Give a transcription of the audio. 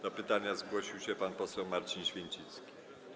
Do pytania zgłosił się pan poseł Marcin Święcicki.